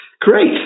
Great